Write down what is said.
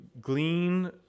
glean